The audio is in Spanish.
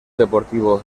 deportivo